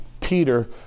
Peter